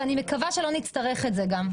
ואני מקווה שלא נצטרך את זה גם.